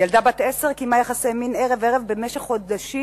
ילדה בת עשר קיימה יחסי מין ערב ערב במשך חודשים